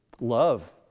Love